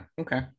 okay